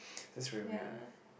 that's very weird